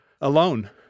alone